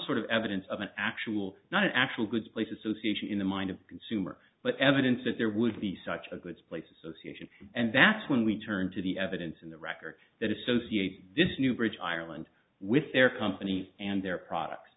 sort of evidence of an actual not an actual goods place association in the mind of a consumer but evidence that there would be such a good place association and that's when we turn to the evidence in the record that associate this new bridge ireland with their companies and their products